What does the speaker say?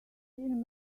seen